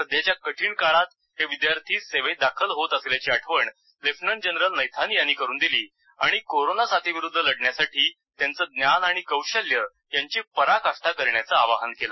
सध्याच्या कठीण काळात हे विद्यार्थी सेवेतदाखल होत असल्याची आठवण लेफ्टनंट जनरल नैथानी यांनी करून दिली आणि कोरोनासाथीविरुद्ध लढण्यासाठी त्यांचं ज्ञान आणि कौशल्य यांची पराकाष्ठा करण्याचं आवाहनकेलं